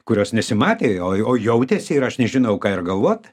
kurios nesimatė o jautėsi ir aš nežinojau ką ir galvot